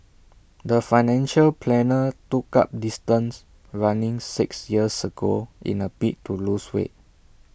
the financial planner took up distance running six years ago in A bid to lose weight